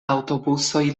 aŭtobusoj